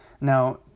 Now